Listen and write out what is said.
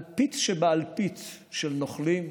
אלפית שבאלפית של נוכלים,